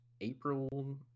april